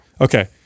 Okay